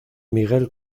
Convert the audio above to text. miguel